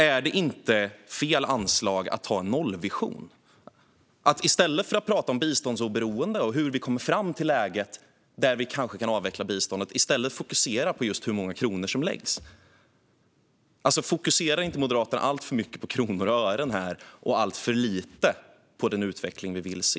Är det inte fel anslag att ha en nollvision och att i stället för att tala om biståndsoberoende och hur vi kommer fram till läget där vi kanske kan avveckla biståndet fokusera på hur många kronor som läggs på biståndet? Fokuserar Moderaterna inte alltför mycket på kronor och ören och alltför lite på den utveckling vi vill se?